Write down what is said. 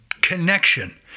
connection